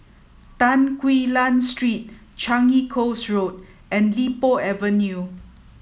Tan Quee Lan Street Changi Coast Road and Li Po Avenue